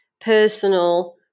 personal